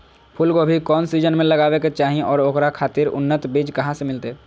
फूलगोभी कौन सीजन में लगावे के चाही और ओकरा खातिर उन्नत बिज कहा से मिलते?